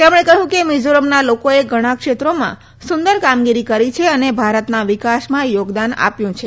તેમણે કહ્યું કે મિઝોરમના લોકોએ ઘણા ક્ષેત્રોમાં સુંદર કામગીરી કરી છે અને ભારતના વિકાસમાં યોગદાન આપ્યું છે